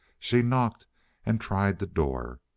she knocked and tried the door.